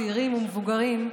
צעירים ומבוגרים,